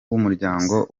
w’umuryango